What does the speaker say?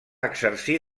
exercir